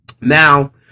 Now